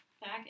Back